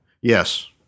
Yes